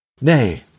Nay